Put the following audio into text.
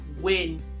win